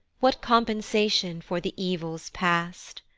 what compensation for the evils past!